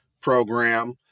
program